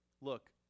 look